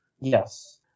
Yes